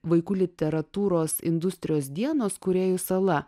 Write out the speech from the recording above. vaikų literatūros industrijos dienos kūrėjų sala